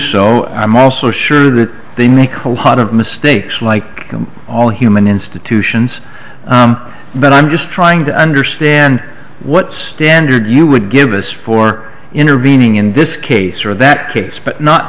so i'm also sure that they make whole pot of mistakes like all human institutions but i'm just trying to understand what standard you would give us for intervening in this case or that case but not